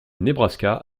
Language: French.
nebraska